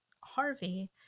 Harvey